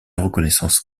reconnaissance